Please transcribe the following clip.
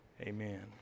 Amen